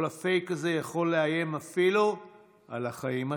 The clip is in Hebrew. כל הפייק הזה יכול לאיים אפילו על החיים עצמם.